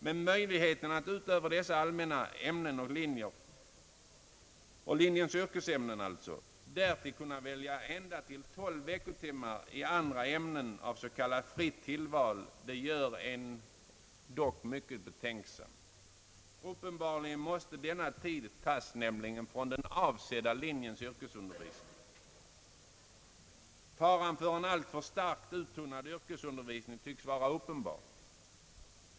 Men möjligheten att utöver dessa allmänna ämnen och linjens yrkesämnen kunna välja ända upp till 12 veckotimmar av andra ämnen i s.k. fritt tillval gör en dock mycket betänksam. Onekligen måste denna tid tas från linjens yrkesundervisning. Faran för en alltför starkt uttunnad yrkesundervisning är påtaglig.